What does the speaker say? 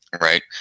right